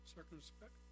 Circumspect